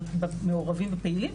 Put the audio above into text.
להיות מעורבים ופעילים,